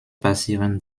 passieren